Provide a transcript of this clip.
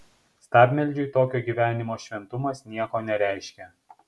stabmeldžiui tokio gyvenimo šventumas nieko nereiškia